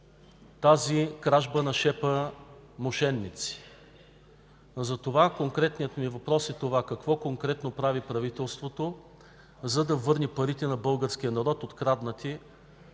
тази кражба на шепа мошеници. Затова конкретният ми въпрос е: какво конкретно прави правителството, за да върне парите на българския народ, откраднати